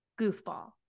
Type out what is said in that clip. goofball